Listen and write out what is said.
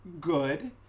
good